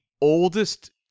oldest